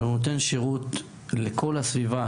אבל הוא נותן שירות לכל הסביבה,